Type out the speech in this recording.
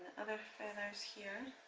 other feathers here.